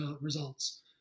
results